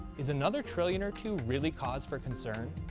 is another trillion or two really cause for concern?